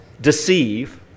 Deceive